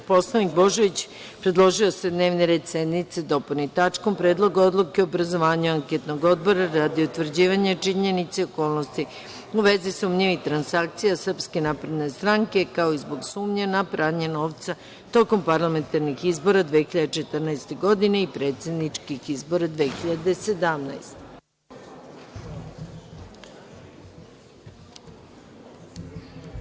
Poslanik Božović predložio je da se dnevni red sednice dopuni tačkom – Predlog odluke o obrazovanju anketnog odbora radi utvrđivanja činjenica i okolnosti u vezi sumnjivih transakcija SNS, kao i zbog sumnje na pranje novca tokom parlamentarnih izbora 2014. godine i predsedničkih izbora 2017. godine.